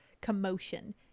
commotion